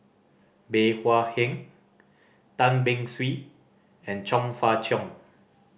Bey Hua Heng Tan Beng Swee and Chong Fah Cheong